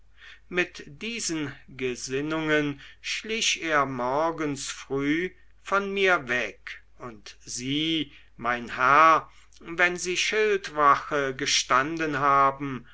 mit diesen gesinnungen schlich er morgens früh von mir weg und sie mein herr wenn sie schildwache gestanden haben